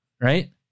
right